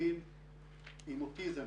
מטופלים עם אוטיזם